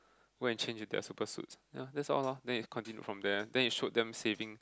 go and change to their super suits ya that's all lor then it continued from there one then it showed them saving